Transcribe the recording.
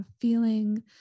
feeling